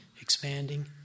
expanding